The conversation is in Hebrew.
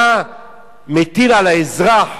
אתה מטיל על האזרח,